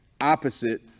opposite